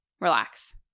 Relax